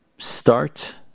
start